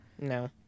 No